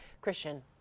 Christian